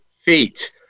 feet